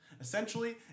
Essentially